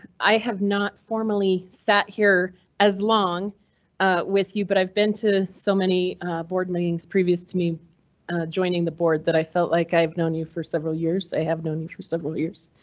i have not formally sat here as long with you, but i've been to so many board meetings previous to me joining the board that i felt like i've known you for several years. i have known you for several years.